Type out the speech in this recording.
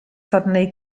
suddenly